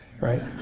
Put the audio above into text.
Right